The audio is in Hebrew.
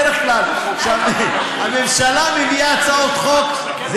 בדרך כלל כשהממשלה מביאה הצעות חוק זה